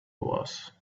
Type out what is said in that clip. was